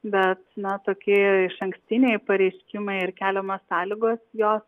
be na tokie išankstiniai pareiškimai ir keliamos sąlygos jos